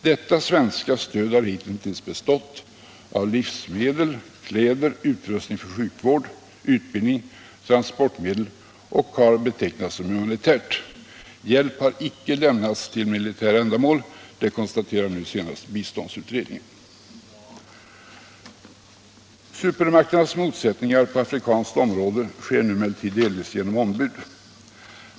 Detta stöd har hitintills bestått av livsmedel, kläder, utrustning för sjukvård och utbildning samt transportmedel och har betecknats som humanitärt. Hjälp har icke lämnats till militära ändamål. Det konstaterade nu senast biståndsutredningen. Supermakternas motsättningar på afrikanskt område demonstreras nu delvis av ombud.